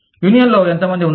యూనియన్లో ఎంత మంది ఉన్నారు